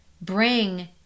bring